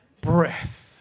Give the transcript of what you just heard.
Breath